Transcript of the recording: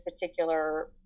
particular